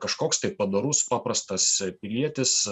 kažkoks tai padorus paprastas pilietis